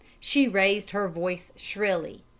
she raised her voice shrilly.